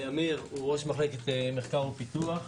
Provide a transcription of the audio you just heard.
עמיר הוא ראש מחלקת מחקר ופיתוח,